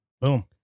Boom